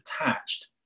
attached